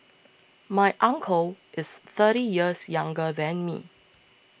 my uncle is thirty years younger than me